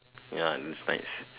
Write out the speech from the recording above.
ya is nice